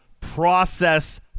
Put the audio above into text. process